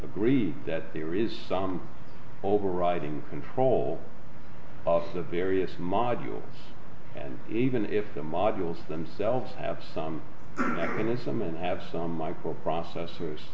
agreed that there is some overriding control of the various modules and even if the modules themselves have some mechanism and have some microprocessors